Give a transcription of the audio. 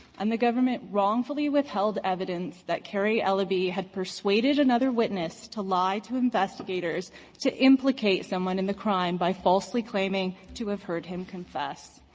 and the government wrongfully withheld evidence that carrie eleby had persuaded another witness to lie to investigators to implicate someone in the crime by falsely claiming to have heard him confess.